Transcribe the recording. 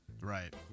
Right